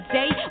day